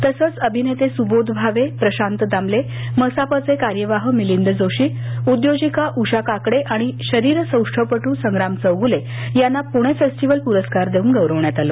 तसंच अभिनेते सुबोध भावे प्रशांत दामले मसापचे कार्यवाह मिलिंद जोशी उद्योजिका उषा काकडे आणि शरीरसौष्ठवपटू संग्राम चौघुले यांना पुणे फेस्टिव्हल प्रस्कार देऊन गौरवण्यात आलं